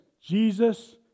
Jesus